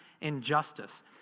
injustice